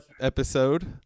episode